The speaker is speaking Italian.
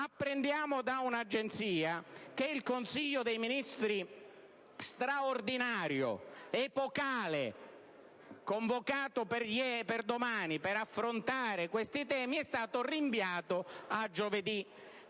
Apprendiamo da un'agenzia che il Consiglio dei ministri straordinario, epocale, convocato per domani per affrontare questi temi, è stato rinviato a giovedì.